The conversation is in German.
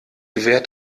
wert